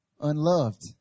Unloved